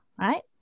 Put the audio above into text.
right